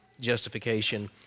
justification